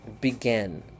began